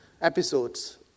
episodes